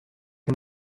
can